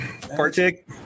partake